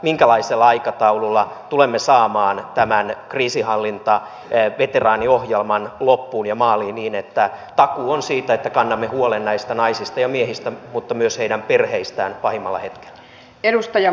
minkälaisella aikataululla tulemme saamaan tämän kriisinhallintaveteraaniohjelman loppuun ja maaliin niin että takuu on siitä että kannamme huolen näistä naisista ja miehistä mutta myös heidän perheistään pahimmalla hetkellä